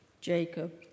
Jacob